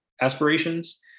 aspirations